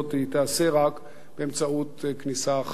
תיעשה רק באמצעות כניסה אחת.